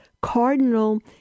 Cardinal